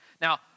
Now